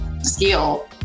skill